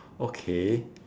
okay